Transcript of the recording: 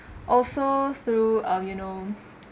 also through um you know